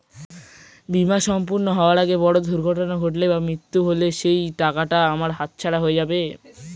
বীমা সম্পূর্ণ হওয়ার আগে বড় দুর্ঘটনা ঘটলে বা মৃত্যু হলে কি সেইটাকা আমার হাতছাড়া হয়ে যাবে?